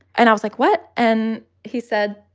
and i was like, what? and he said,